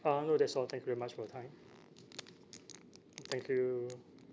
uh no that's all thank you very much for your time thank you